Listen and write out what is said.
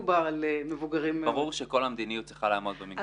ברור שכל המדיניות צריכה לעמוד במגבלות הדין.